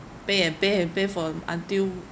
pay and pay and pay for um until